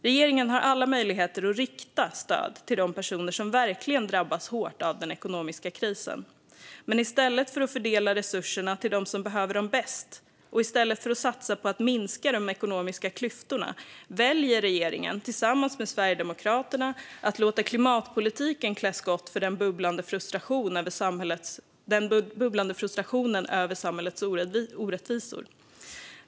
Regeringen har alla möjligheter att rikta stöd till de personer som verkligen drabbats hårt av den ekonomiska krisen, men i stället för att fördela resurserna till dem som behöver det bäst och i stället för att satsa på att minska de ekonomiska klyftorna väljer regeringen, tillsammans med Sverigedemokraterna, att låta klimatpolitiken klä skott för den bubblande frustrationen över samhällets orättvisor.